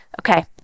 Okay